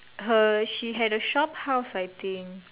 her she had a shop house I think